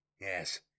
Yes